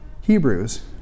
Hebrews